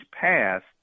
passed